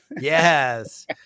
Yes